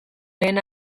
lehen